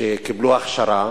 קיבלו הכשרה